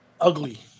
ugly